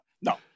no